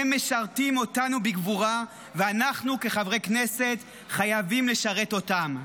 הם משרתים אותנו בגבורה ואנחנו כחברי כנסת חייבים לשרת אותם.